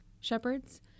shepherds